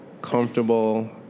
comfortable